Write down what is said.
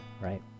right